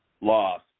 lost